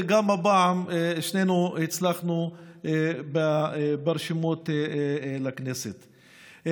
וגם הפעם שנינו הצלחנו ברשימות לכנסת.